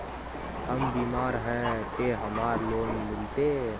हम बीमार है ते हमरा लोन मिलते?